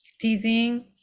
teasing